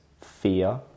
fear